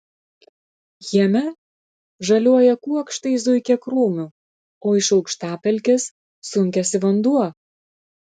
jame žaliuoja kuokštai zuikiakrūmių o iš aukštapelkės sunkiasi vanduo